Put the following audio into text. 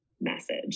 message